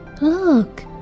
Look